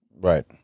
Right